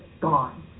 gone